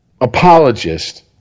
apologist